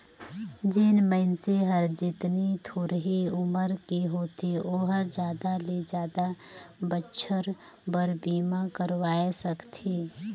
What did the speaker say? जेन मइनसे हर जेतनी थोरहें उमर के होथे ओ हर जादा ले जादा बच्छर बर बीमा करवाये सकथें